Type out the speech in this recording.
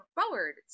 forward